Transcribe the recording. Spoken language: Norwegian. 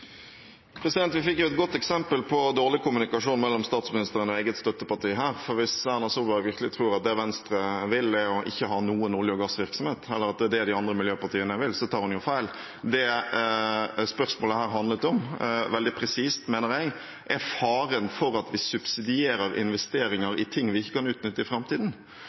Vi fikk et godt eksempel på dårlig kommunikasjon mellom statsministeren og eget støtteparti her, for hvis Erna Solberg virkelig tror at det Venstre vil, er ikke å ha noen olje- og gassvirksomhet, eller at det er det de andre miljøpartiene vil, så tar hun feil. Det som spørsmålet her handlet om, veldig presist, mener jeg, er faren for at vi subsidierer investeringer i ting vi ikke kan utnytte i framtiden.